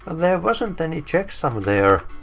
and there wasn't any checksum there.